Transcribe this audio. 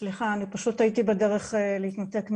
סליחה, אני הייתי בדרך להתנתק מהזום.